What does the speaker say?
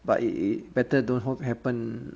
but it it better don't hope happen